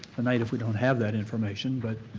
tonight if we don't have that information. but